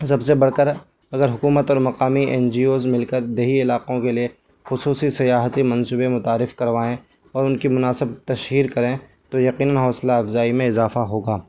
سب سے بڑھ کر اگر حکومت اور مقامی این جی اوز مل کر دیہی علاقوں کے لیے خصوصی سیاحتی منصوبے متعارف کروائیں اور ان کی مناسب تشہیر کریں تو یقیناً حوصلہ افزائی میں اضافہ ہوگا